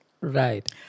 Right